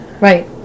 right